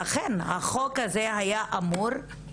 ואכן, זה מה שהחוק הזה היה אמור לעשות.